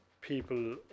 People